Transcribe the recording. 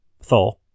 Thor